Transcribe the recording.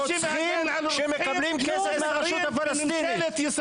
רוצחים שמקבלים כסף מהרשות הפלסטינית.